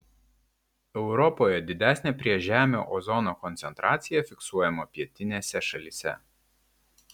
europoje didesnė priežemio ozono koncentracija fiksuojama pietinėse šalyse